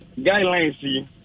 guidelines